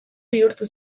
bihurtu